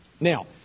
Now